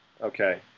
Okay